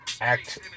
act